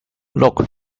look